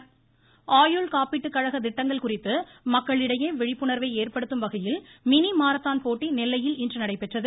marathon ஆயுள் காப்பீட்டு கழக திட்டங்கள் குறித்து மக்களிடையே விழிப்புணர்வை ஏற்படுத்தும் வகையில் மினி மாரத்தான் போட்டி நெல்லையில் இன்று நடைபெற்றது